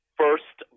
first